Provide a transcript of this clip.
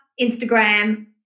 Instagram